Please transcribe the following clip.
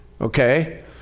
okay